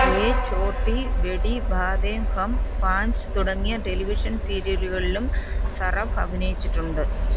യേ ഛോട്ടീ ബഡീ ബാതേം ഹം പാഞ്ച് തുടങ്ങിയ ടെലിവിഷൻ സീരിയലുകളിലും സറഫ് അഭിനയിച്ചിട്ടുണ്ട്